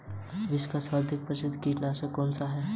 विश्व का सर्वाधिक प्रसिद्ध कीटनाशक कौन सा है?